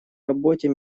работе